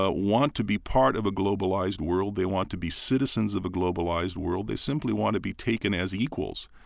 ah want to be part of a globalized world. they want to be citizens of a globalized world. they simply want to be taken as equals.